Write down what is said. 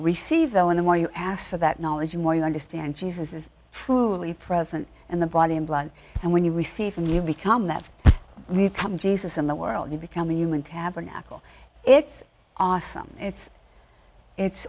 receive the in the more you ask for that knowledge more you understand jesus is truly present and the body and blood and when you receive him you become that we've come to jesus in the world you become a human tabernacle it's awesome it's it's